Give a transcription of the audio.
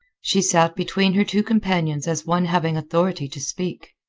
she sat between her two companions as one having authority to speak.